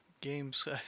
games